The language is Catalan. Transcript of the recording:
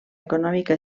econòmica